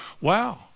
Wow